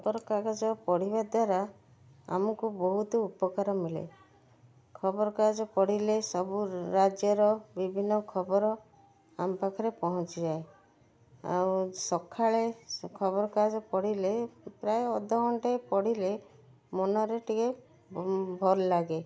ଖବର କାଗଜ ପଢ଼ିବା ଦ୍ଵାରା ଆମକୁ ବହୁତ ଉପକାର ମିଳେ ଖବର କାଗଜ ପଢ଼ିଲେ ସବୁ ରାଜ୍ୟର ବିଭିନ୍ନ ଖବର ଆମ ପାଖରେ ପହଞ୍ଚିଯାଏ ଆଉ ସଖାଳେ ଖବର କାଗଜ ପଢ଼ିଲେ ପ୍ରାୟ ଅଧଘଣ୍ଟେ ପଢ଼ିଲେ ମନରେ ଟିକେ ଭଲ ଲାଗେ